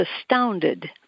astounded